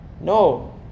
no